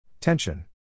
Tension